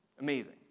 Amazing